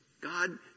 God